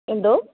എന്തോ